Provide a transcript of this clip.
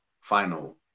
final